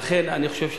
ולכן אני חושב,